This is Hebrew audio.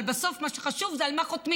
אבל בסוף מה שחשוב זה על מה חותמים.